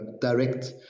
direct